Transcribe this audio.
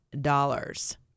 dollars